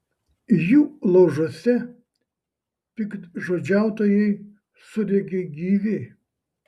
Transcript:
jų laužuose piktžodžiautojai sudegė gyvi